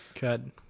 good